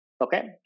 Okay